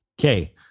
Okay